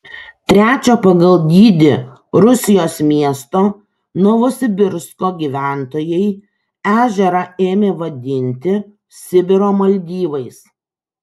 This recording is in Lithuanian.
trečio pagal dydį rusijos miesto novosibirsko gyventojai ežerą ėmė vadinti sibiro maldyvais